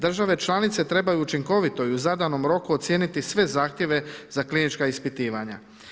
Države članice trebaju učinkovito i u zadanom roku ocijeniti sve zahtjeve za klinička ispitivanja.